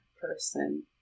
person